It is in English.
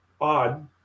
odd